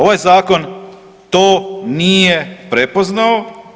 Ovaj zakon to nije prepoznao.